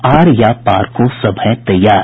are या पार को सब हैं तैयार